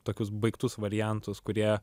tokius baigtus variantus kurie